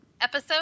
episode